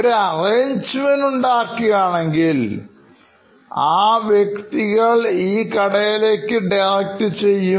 ഒരു arrangement ഉണ്ടാക്കുകയാണെങ്കിൽ ആ വ്യക്തികൾ ഈ കടയിലേക്ക് ഡയറക്ട് ചെയ്യും